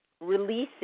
releasing